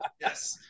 Yes